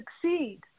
succeed